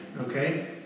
Okay